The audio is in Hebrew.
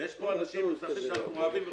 ויש פה אנשים מוצלחים שאנחנו אוהבים ומכבדים,